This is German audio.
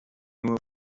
nur